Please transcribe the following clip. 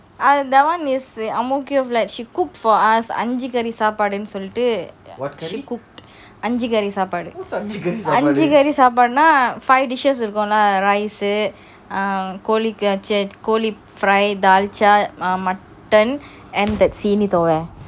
ah that [one] is the ang mo kio flat she cook for us அஞ்சி காரி சாப்பாடுனு சொல்லிட்டு:anji kaari sapadunu solitu she cooked அஞ்சி காரி சாப்பாடுனா:anji kaari sapaduna five dishes இருக்கும்ல கோழி கோழி:irukumla koli koli fry dalcha mutton and that சீனிதாவை:seenithova